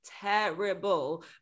terrible